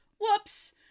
Whoops